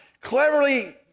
cleverly